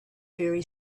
very